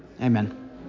Amen